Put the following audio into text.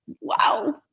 wow